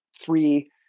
three